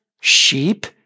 sheep